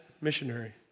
missionary